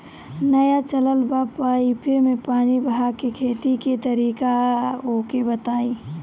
नया चलल बा पाईपे मै पानी बहाके खेती के तरीका ओके बताई?